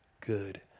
good